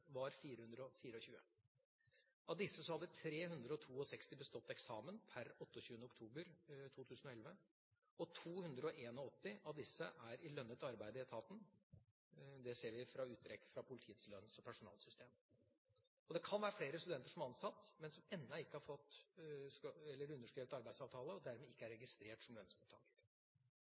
var 424. Av disse hadde 362 bestått eksamen per 28. oktober 2011, og 281 av disse er i lønnet arbeid i etaten. Det ser vi av uttrekk fra politiets lønns- og personalsystem. Det kan være flere studenter som er ansatt, men som ennå ikke har fått eller underskrevet arbeidsavtale, og dermed ikke er registrert som lønnsmottaker.